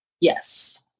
Yes